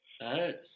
right